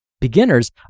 Beginners